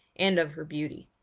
and of her beauty.